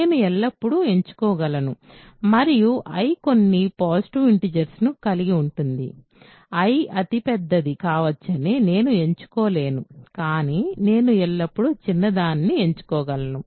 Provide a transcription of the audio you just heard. నేను ఎల్లప్పుడూ ఎంచుకోగలను మరియు I కొన్ని పాజిటివ్ ఇంటిజర్స్ ను కలిగి ఉంటుంది I అతి పెద్దది కావచ్చని నేను ఎంచుకోలేను కానీ నేను ఎల్లప్పుడూ చిన్నదానిని ఎంచుకోగలను